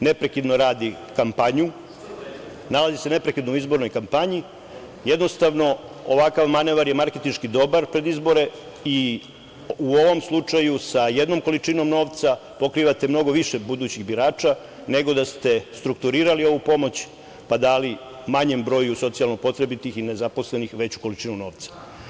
neprekidno radi kampanju, nalazi se neprekidno u izbornoj kampanji, jednostavno ovakav manevar je marketinški dobar pred izbore i u ovom slučaju sa jednom količinom novca pokrivate mnogo više budućih birača, nego da ste strukturirali ovu pomoć, pa dali manjem broju socijalno potrebitih i nezaposlenih veću količinu novca.